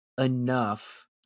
enough